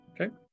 Okay